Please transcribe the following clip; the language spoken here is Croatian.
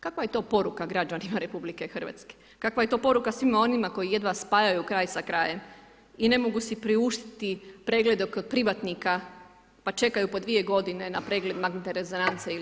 Kakva je to poruka građanima RH, kakva je to poruka svima onima koji jedva spajaju kraj s krajem i ne mogu si priuštiti pregled kod privatnika pa čekaju po dvije godine na pregled magnetne rezonance ili